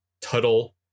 tuttle